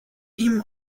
ihm